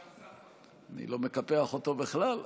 אני לא מקפח אותו בכלל.